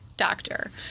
doctor